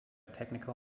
technical